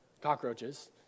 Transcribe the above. cockroaches